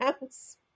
house